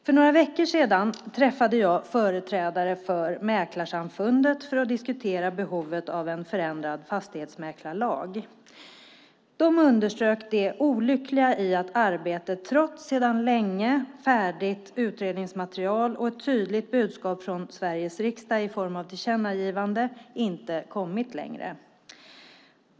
För några veckor sedan träffade jag företrädare för Mäklarsamfundet för att diskutera behovet av en förändrad fastighetsmäklarlag. Man underströk det olyckliga i att arbetet inte kommit längre trots sedan länge färdigt utredningsmaterial och ett tydligt budskap från Sveriges riksdag i form av ett tillkännagivande.